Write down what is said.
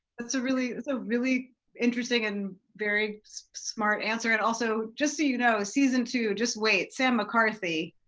that's a really ah really interesting and very smart answer. and also just so you know, season two just wait sam mccarthy